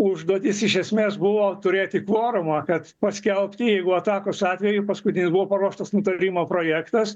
užduotis iš esmės buvo turėti kvorumą kad paskelbti jeigu atakos atveju paskutinis buvo paruoštas nutarimo projektas